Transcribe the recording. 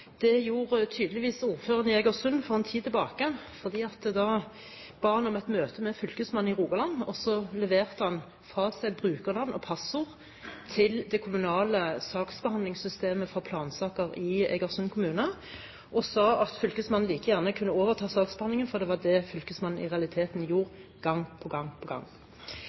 Det gjorde tydeligvis ordføreren i Egersund for en tid tilbake. Han ba om et møte med fylkesmannen i Rogaland og leverte fra seg brukernavn og passord til det kommunale saksbehandlingssystemet for plansaker i Egersund kommune. Han sa at fylkesmannen like gjerne kunne overta saksbehandlingen, for det var det fylkesmannen i realiteten gjorde gang på gang på gang.